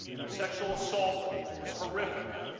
sexual assault is horrific.